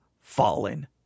fallen